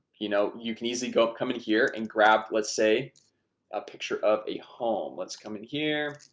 you know, you can easily go up come in here and grab let's say a picture of a home let's come in here